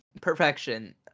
perfection